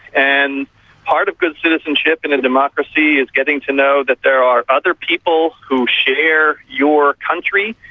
and part of good citizenship in a democracy is getting to know that there are other people who share your country,